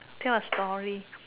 tell a story